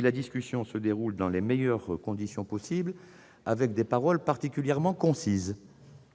la discussion se déroule dans les meilleures conditions possible, avec des prises de parole concises.